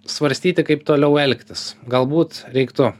svarstyti kaip toliau elgtis galbūt reiktų